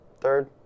third